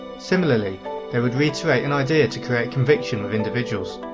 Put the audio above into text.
similarly they would reiterate an idea to create conviction with individuals.